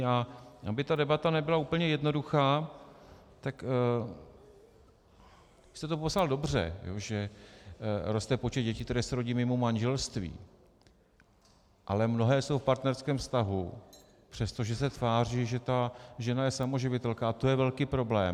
A aby ta debata nebyla úplně jednoduchá, tak jste to popsal dobře, že roste počet dětí, které se rodí mimo manželství, ale mnohé jsou v partnerském vztahu, přestože se tváří, že ta žena je samoživitelka, a to je velký problém.